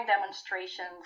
demonstrations